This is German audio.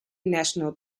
national